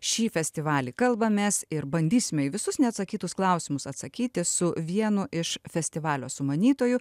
šį festivalį kalbamės ir bandysime į visus neatsakytus klausimus atsakyti su vienu iš festivalio sumanytoju